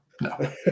no